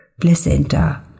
Placenta